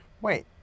wait